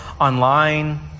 online